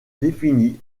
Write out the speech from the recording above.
définis